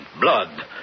blood